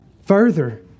Further